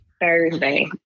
Thursday